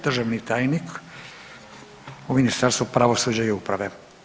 Državni tajnik u Ministarstvu pravosuđa i uprave.